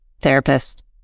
therapist